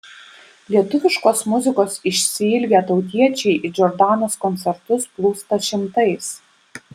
lietuviškos muzikos išsiilgę tautiečiai į džordanos koncertus plūsta šimtais